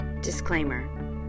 Disclaimer